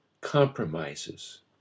compromises